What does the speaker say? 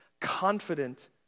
confident